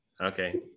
Okay